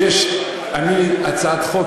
יש הצעות חוק,